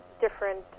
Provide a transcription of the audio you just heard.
different